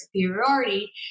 superiority